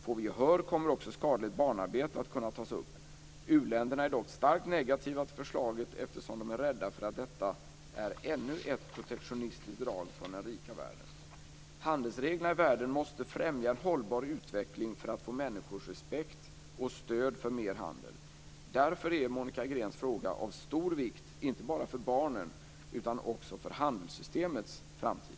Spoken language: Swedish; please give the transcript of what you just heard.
Får vi gehör kommer även skadligt barnarbete att kunna tas upp. U-länderna är dock starkt negativa till förslaget eftersom de är rädda för att detta är ännu ett protektionistiskt drag från den rika världen. Handelsreglerna i världen måste främja en hållbar utveckling för att få människors respekt och stöd för mer handel. Därför är Monica Greens fråga av stor vikt inte bara för barnen utan också för handelssystemets framtid.